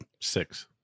Six